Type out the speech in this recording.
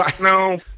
No